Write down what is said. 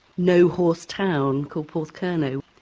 no horse town called porthcurno.